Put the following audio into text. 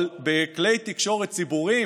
אבל בכלי תקשורת ציבוריים,